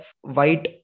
white